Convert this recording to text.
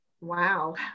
Wow